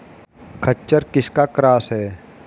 खच्चर किसका क्रास है?